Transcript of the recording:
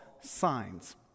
signs